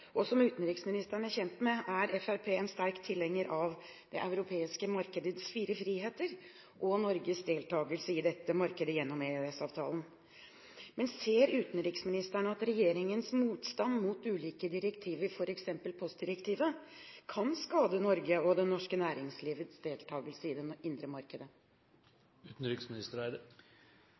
en sterk tilhenger av det europeiske markedets fire friheter og Norges deltakelse i dette markedet gjennom EØS-avtalen. Ser utenriksministeren at regjeringens motstand mot ulike direktiver, f.eks. postdirektivet, kan skade Norge og det norske næringslivets deltakelse i det indre markedet?